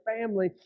family